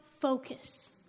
focus